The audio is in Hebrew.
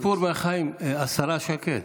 סיפור מהחיים, השרה שקד: